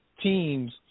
teams